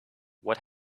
what